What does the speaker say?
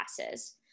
classes